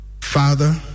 Father